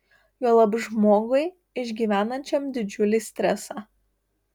juolab žmogui išgyvenančiam didžiulį stresą